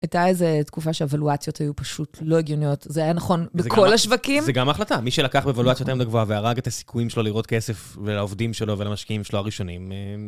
הייתה איזו תקופה שהוולואציות היו פשוט לא הגיוניות. זה היה נכון בכל השווקים, -זה גם ההחלטה. מי שלקח בוולואציה יותר מדי גבוהה והרג את הסיכויים שלו לראות כסף ולעובדים שלו ולמשקיעים שלו הראשונים...